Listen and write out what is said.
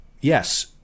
yes